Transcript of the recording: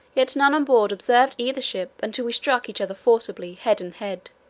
yet none on board observed either ship until we struck each other forcibly head and head,